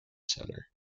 center